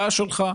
בעיה שלך,